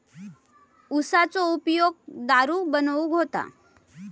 उसाचो उपयोग दारू बनवूक होता